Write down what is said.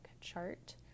chart